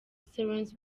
paul